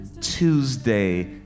Tuesday